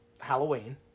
Halloween